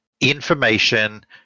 information